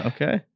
Okay